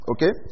Okay